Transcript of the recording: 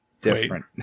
different